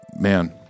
Man